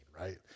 right